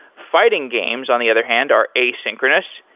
fighting games, on the other hand, are asynchronous.